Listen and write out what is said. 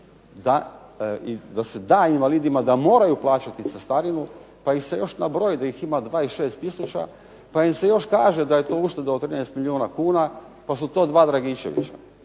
da invalidima da moraju plaćati cestarinu pa ih se još nabroji da ima 26 tisuća, pa im se još kaže da je to ušteda od 13 milijuna kuna, pa su to dva Dragičevića.